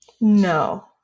No